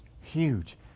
huge